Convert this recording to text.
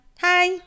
Hi